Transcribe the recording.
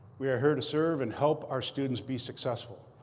we are here to serve and help our students be successful.